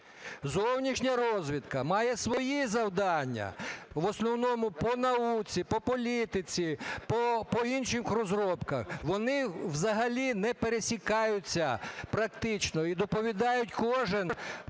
Зовнішня розвідка має свої завдання: в основному по науці, по політиці, по інших розробках. Вони взагалі не пересікаються практично і доповідають кожен